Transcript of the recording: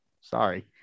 sorry